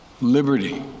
liberty